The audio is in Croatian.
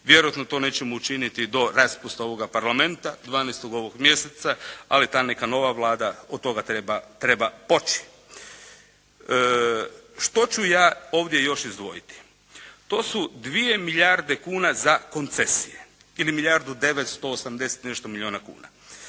Vjerojatno to nećemo učiniti do raspusta ovoga Parlamenta, 12. ovoga mjeseca. Ali ta neka Vlada od toga treba poći. Što ću ja ovdje još izdvojiti? To su 2 milijarde kuna za koncesije, ili milijardu